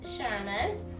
Sherman